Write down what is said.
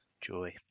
Joy